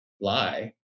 Lie